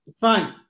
Fine